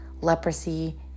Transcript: leprosy